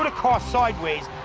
and car sideways.